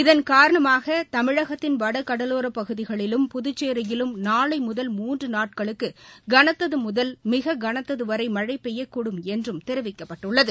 இதன் காரணமாக தமிழகத்தின் வட கடலோரப் பகுதிகளிலும் புதுச்சேரியிலும் நாளை முதல் மூன்று நாட்களுக்கு கனத்தது முதல் மிக கனத்தது வரை மழழ பெய்யக்கூடும் என்றும் தெரிவிக்கப்பட்டுள்ளது